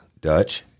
Dutch